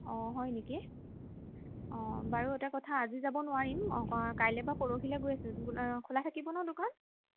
অঁ হয় নেকি অঁ বাৰু এটা কথা আজি যাব নোৱাৰিম অঁ কাইলৈ বা পৰহিলৈ গৈ আছে অঁ খোলা থাকিব ন দোকান